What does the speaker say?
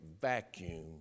vacuum